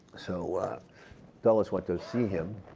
so dulles went to see him,